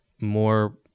more